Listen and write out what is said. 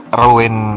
ruin